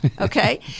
Okay